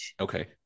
Okay